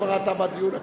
אתה כבר בדיון הכללי.